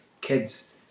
kids